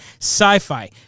sci-fi